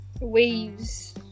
waves